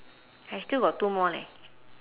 I still got two more leh